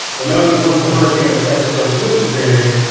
notice once hurricane effects start dissipating,